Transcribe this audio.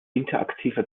interaktiver